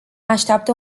așteaptă